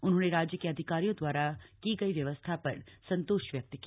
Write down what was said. उन्होंने राज्य के अधिकारियों दवारा की गई व्यवस्था पर संतोष व्यक्त किया